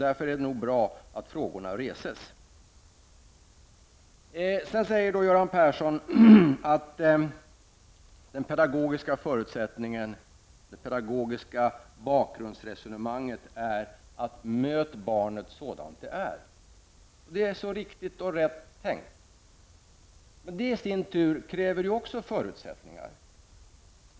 Därför är det nog bra att frågorna reses. Göran Persson säger att det pedagogiska bakgrundsresonemanget är att man skall möta barnet sådant det är. Det är så riktigt tänkt. Men det kräver i sin tur också förutsättningar.